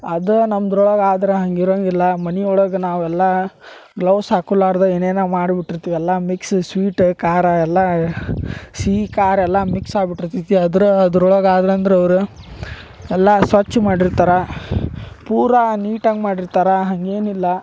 ಅದ ನಮ್ದ್ರೊಳಗ ಆದ್ರ ಹಂಗ ಇರಂಗಿಲ್ಲ ಮನಿಯೊಳಗ ನಾವೆಲ್ಲಾ ಗ್ಲೌಸ್ ಹಾಕ್ಕೊಲಾರದೆ ಏನೇನೋ ಮಾಡಿ ಬಿಟ್ಟಿರ್ತೀವಿ ಎಲ್ಲಾ ಮಿಕ್ಸ್ ಸ್ವೀಟ ಖಾರ ಎಲ್ಲಾ ಸಿಹಿ ಖಾರ್ ಎಲ್ಲಾ ಮಿಕ್ಸ್ ಆಗಿ ಬಿಟ್ಟಿರ್ತೈತಿ ಅದ್ರ ಅದ್ರೊಳಗ ಅಲ್ಲಂದ್ರ ಅವರು ಎಲ್ಲಾ ಸ್ವಚ್ಛ ಮಾಡಿರ್ತಾರೆ ಪೂರಾ ನೀಟಾಗಿ ಮಾಡಿರ್ತಾರೆ ಹಾಗೇನಿಲ್ಲ